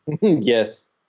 Yes